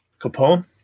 Capone